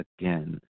again